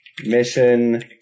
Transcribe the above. mission